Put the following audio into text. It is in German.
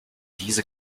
diese